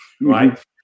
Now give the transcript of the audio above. right